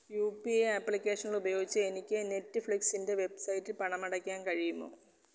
U P I ആപ്ലിക്കേഷനുകൾ ഉപയോഗിച്ച് എനിക്ക് നെറ്റ്ഫ്ലിക്സിൻറെ വെബ്സൈറ്റിൽ പണം അടയ്ക്കാൻ കഴിയുമോ